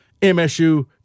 MSU